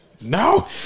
No